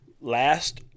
Last